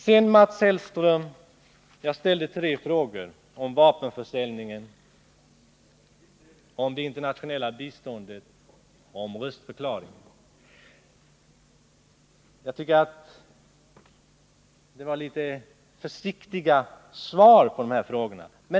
Jag ställde tre frågor till Mats Hellström — om vapenförsäljningen, om det internationella biståndet och om röstförklaringen. Jag tycker att det var litet försiktiga svar jag fick på de här frågorna.